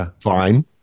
fine